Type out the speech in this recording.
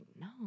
no